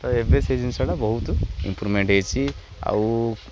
ତ ଏବେ ସେ ଜିନିଷଟା ବହୁତ ଇମ୍ପୃଭମେଣ୍ଟ ହେଇଛି ଆଉ